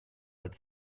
but